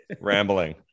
rambling